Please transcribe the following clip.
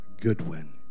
Goodwin